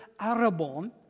Arabon